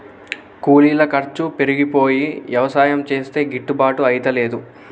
కూలీల ఖర్చు పెరిగిపోయి యవసాయం చేస్తే గిట్టుబాటు అయితలేదు